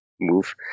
move